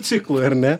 ciklui ar ne